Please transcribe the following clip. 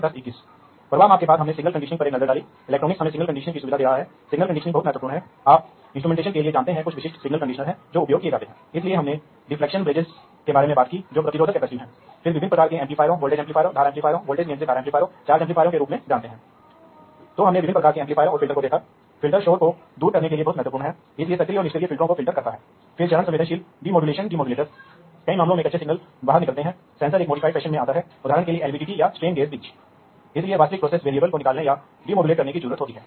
तो इन दोषों को हटा दिया जाएगा अगर हम क्षेत्र की निगरानी करने वाले उपकरणों पर कुछ बुद्धिमान हो सकते हैं ताकि कुछ सार कमांड सिग्नल वास्तव में आएंगे और नियंत्रण संकेत जो निम्न स्तर के नियंत्रण संकेत होंगे जहां फीडबैक लिया जाता है और नियंत्रक वास्तव में आउटपुट उत्पन्न करता है इस तरह के संकेतों को डिवाइस पर ही गणना की जा सकती है